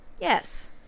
yes